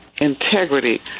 integrity